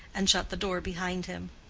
and shut the door behind him.